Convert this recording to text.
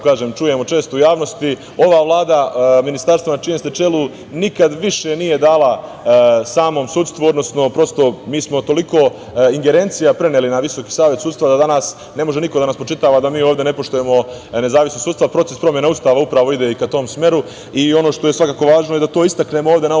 čujemo često u javnosti. Ova Vlada, Ministarstvo na čijem ste čelu, nikada više nije dala samom sudstvu, odnosno, mi smo toliko ingerencija preneli na Visoki savet sudstva, da danas ne može niko da nam spočitava da mi ovde ne poštujemo nezavisnost sudstva. Proces promene Ustava upravo ide ka tom smeru. Ono što je svakako važno da to istaknemo ovde na ovom